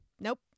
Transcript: Nope